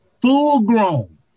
full-grown